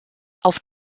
auf